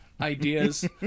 ideas